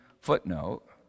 footnote